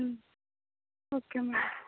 okay madam